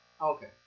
Okay